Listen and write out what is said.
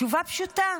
התשובה פשוטה: